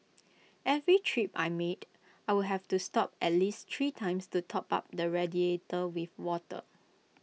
every trip I made I would have to stop at least three times to top up the radiator with water